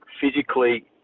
physically